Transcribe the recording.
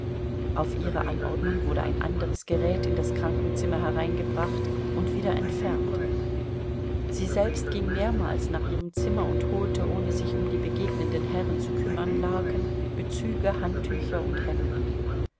auf ihre anordnung wurde ein anderes gerät in das krankenzimmer hereingebracht und wieder entfernt sie selbst ging mehrmals nach ihrem zimmer und holte ohne sich um die begegnenden herren zu kümmern laken bezüge handtücher und hemden